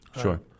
Sure